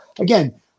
again